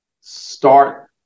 start